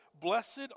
Blessed